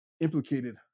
implicated